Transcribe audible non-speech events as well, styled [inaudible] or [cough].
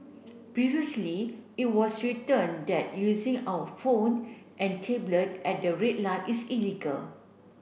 previously it was written that using [unintelligible] phone and tablet at the read light is illegal